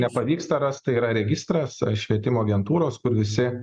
nepavyksta rast tai yra registras švietimo agentūros kur visi